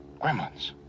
Gremlins